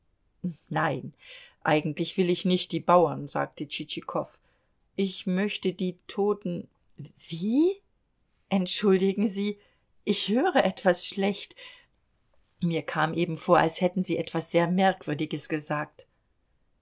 nein eigentlich will ich nicht die bauern sagte tschitschikow ich möchte die toten wie entschuldigen sie ich höre etwas schlecht mir kam eben vor als hätten sie etwas sehr merkwürdiges gesagt